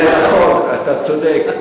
זה נכון, אתה צודק.